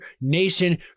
nation